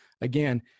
again